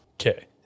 Okay